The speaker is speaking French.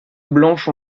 blanche